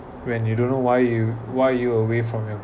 when you don't know why you why you away from your